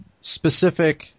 specific